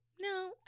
No